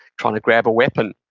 trying to grab a weapon,